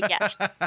yes